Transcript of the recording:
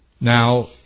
Now